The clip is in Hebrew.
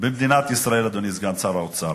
במדינת ישראל, אדוני סגן שר האוצר,